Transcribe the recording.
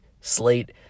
slate